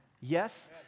Yes